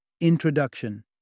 Introduction